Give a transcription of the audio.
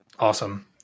Awesome